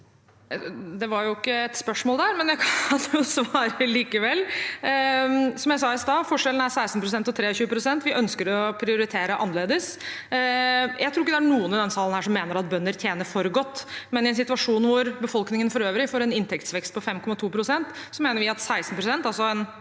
Det var jo ikke et spørsmål, men jeg kan svare likevel. Som jeg sa i stad, er forskjellen på 16 pst. og på 23 pst. Vi ønsker å prioritere annerledes. Jeg tror ikke det er noen i denne salen som mener at bønder tjener for godt, men i en situasjon hvor befolkningen for øvrig får en inntektsvekst på 5,2 pst., mener vi at 16 pst.